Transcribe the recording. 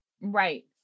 Right